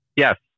Yes